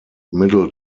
middle